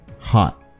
hot